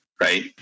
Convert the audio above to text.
Right